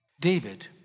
David